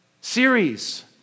series